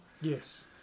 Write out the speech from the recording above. Yes